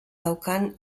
daukan